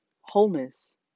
Wholeness